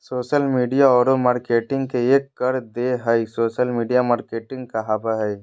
social media औरो marketing के एक कर देह हइ सोशल मिडिया मार्केटिंग कहाबय हइ